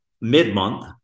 mid-month